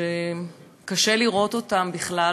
שקשה לראות אותם בכלל,